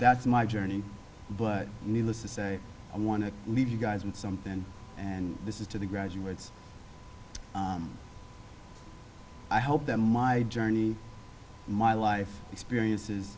that's my journey but needless to say i want to leave you guys in something and this is to the graduates i hope that my journey my life experiences